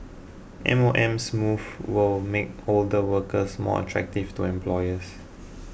M O M's moves will make older workers more attractive to employers